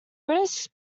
british